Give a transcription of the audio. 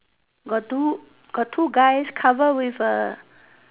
got two got two guys cover with A